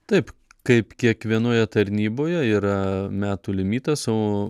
taip kaip kiekvienoje tarnyboje yra metų limitas o